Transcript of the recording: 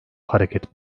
hareket